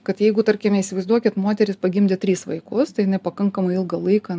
kad jeigu tarkime įsivaizduokit moteris pagimdė tris vaikus tai jinai pakankamai ilgą laiką